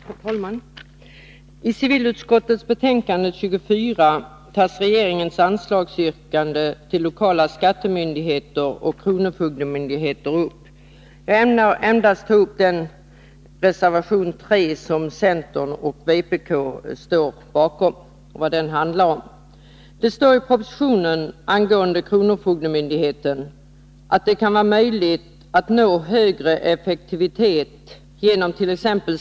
Herr talman! I civilutskottets betänkande 24 tas regeringens anslagsyrkande till lokala skattemyndigheter och kronofogdemyndigheter upp. Jag ämnar endast ta upp vad reservation 3, som centern och vpk står bakom, handlar om. Det står i propositionen angående kronofogdemyndigheten att det kan vara möjligt att nå högre effektivitet genomt.ex.